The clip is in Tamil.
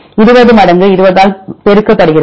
20 மடங்கு 20 ஆல் பெருக்கப்படுகிறது